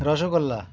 rasgulla